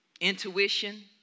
Intuition